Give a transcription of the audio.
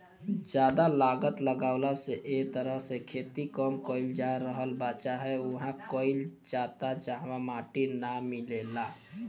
ज्यादा लागत लागला से ए तरह से खेती कम कईल जा रहल बा चाहे उहा कईल जाता जहवा माटी ना मिलेला